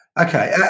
Okay